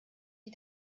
wie